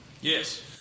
Yes